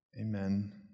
Amen